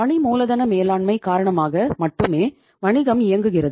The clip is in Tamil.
பணி மூலதன மேலாண்மை காரணமாக மட்டுமே வணிகம் இயங்குகிறது